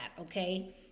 okay